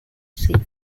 seat